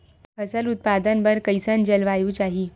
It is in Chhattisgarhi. फसल उत्पादन बर कैसन जलवायु चाही?